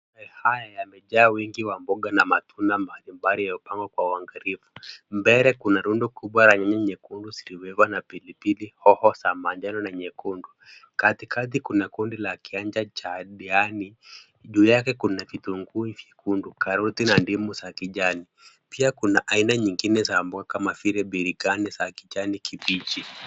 Masoko haya yamejaa wingi wa mboga na matunda mbalimbali yaliyopangwa kwa uangalifu. Mbele kuna rundo kubwa la nyanya nyekundu, zikiwekwa na pilipili hoho za manjano na nyekundu. Katikati kuna kundi la kiwanja cha kijani. Juu yake kuna vitunguu vyekundu, karoti na ndimu za kijani, pia kuna aina nyingine ya mboga kama vile biringanya za kijani kibichi.